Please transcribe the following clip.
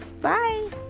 Bye